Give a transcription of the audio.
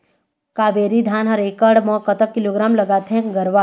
कावेरी धान हर एकड़ म कतक किलोग्राम लगाथें गरवा?